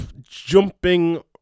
jumping